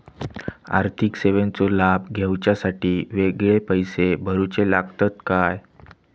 आर्थिक सेवेंचो लाभ घेवच्यासाठी वेगळे पैसे भरुचे लागतत काय?